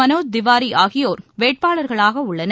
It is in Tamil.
மனோஜ் திவாரி ஆகியோர் வேட்பாளர்களாக உள்ளனர்